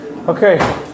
Okay